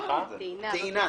טעינה.